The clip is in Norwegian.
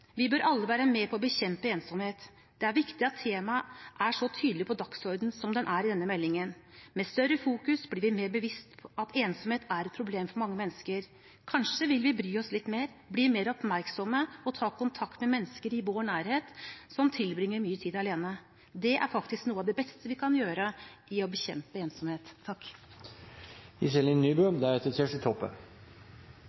Vi bør alle være med på å bekjempe ensomhet. Det er viktig at temaet er så tydelig på dagsordenen som det er i denne meldingen. Med større fokus blir vi mer bevisst på at ensomhet er et problem for mange mennesker. Kanskje vil vi bry oss litt mer, bli mer oppmerksomme og ta kontakt med mennesker i vår nærhet som tilbringer mye tid alene. Det er faktisk noe av det beste vi kan gjøre for å bekjempe ensomhet.